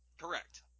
Correct